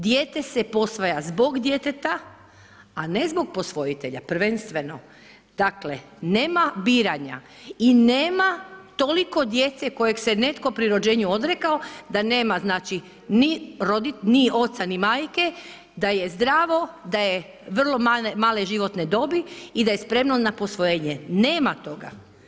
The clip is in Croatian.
Dijete se posvaja zbog djeteta a ne zbog posvojitelja prvenstveno dakle nema biranja i nema toliko djece kojeg se netko pri rođenju odrekao da nema ni oca ni majke, da je zdravo, da je vrlo male životne dobi i da je spremno na posvojenje, nema toga.